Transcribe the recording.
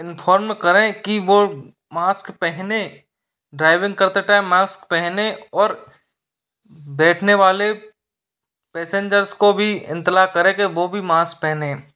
inform करें कि वो मास्क पहने ड्राइविंग करते टाइम मास्क पहने और बैठने वाले पैसेंजर्स को भी इत्तला करें कि वो भी मास्क पहनें